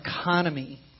economy